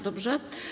Dobrze?